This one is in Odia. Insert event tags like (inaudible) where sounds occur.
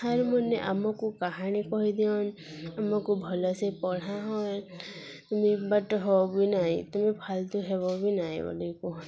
ସାର୍ମାନେ ଆମକୁ କାହାଣୀ କହିଦିଅନ୍ ଆମକୁ ଭଲସେ ପଢ଼ା ହଅନ୍ (unintelligible) ବାଟ ହଉ ବି ନାଇଁ ତୁମେ ଫାଲ୍ତୁ ହେବ ବି ନାଇଁ ବୋଲି କୁହନ୍